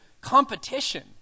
competition